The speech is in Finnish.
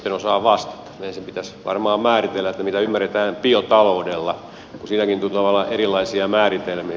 ensin pitäisi varmaan määritellä mitä ymmärretään biotaloudella kun siinäkin tuntuu olevan erilaisia määritelmiä